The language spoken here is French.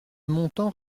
montant